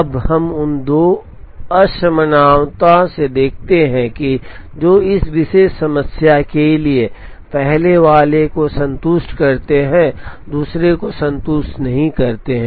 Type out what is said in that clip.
अब हम उन दो असमानताओं में से देखते हैं जो इस विशेष समस्या के लिए पहले वाले को संतुष्ट करते हैं दूसरे को संतुष्ट नहीं करते हैं